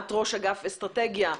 את ראש אגף אסטרטגיה,